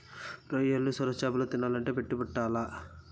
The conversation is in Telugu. రొయ్యలు, సొరచేపలు తినాలంటే పెట్టి పుట్టాల్ల